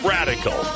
Radical